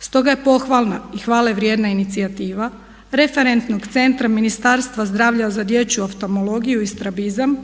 Stoga je pohvalna i hvale vrijedna inicijativa referentnog centra Ministarstva zdravlja za dječju oftalmologiju i strabizam